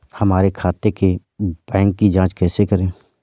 हमारे खाते के बैंक की जाँच कैसे करें?